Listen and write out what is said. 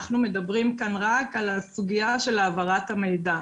אנחנו מדברים כאן רק על הסוגיה של העברת המידע.